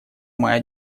моя